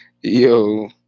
Yo